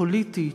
פוליטית,